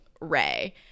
Ray